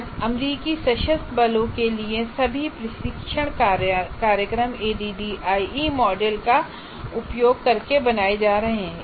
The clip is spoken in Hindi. आज अमेरिकी सशस्त्र बलों के लिए सभी प्रशिक्षण कार्यक्रम ADDIE मॉडल का उपयोग करके बनाए जा रहे हैं